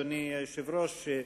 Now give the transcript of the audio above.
אדוני היושב-ראש,